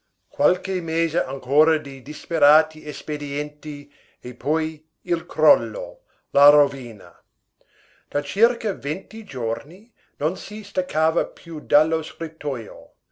qualche mese ancora di disperati espedienti e poi il crollo la rovina da circa venti giorni non si staccava più dallo scrittojo come